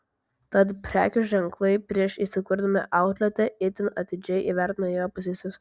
tad prekių ženklai prieš įsikurdami outlete itin atidžiai įvertina jo pozicijas